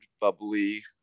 bubbly